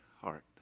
heart